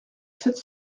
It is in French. sept